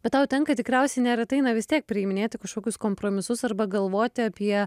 bet tau tenka tikriausiai neretai na vis tiek priiminėti kažkokius kompromisus arba galvoti apie